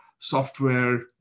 software